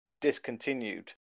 discontinued